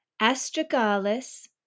Astragalus